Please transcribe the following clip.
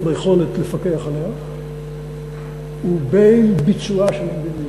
והיכולת לפקח עליה ובין ביצועה של המדיניות.